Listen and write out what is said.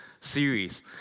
series